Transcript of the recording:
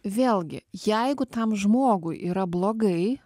vėlgi jeigu tam žmogui yra blogai